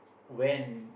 when